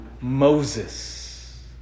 Moses